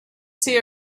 see